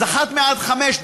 אז 1 עד 5,